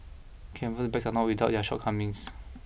canvas bags are not without their shortcomings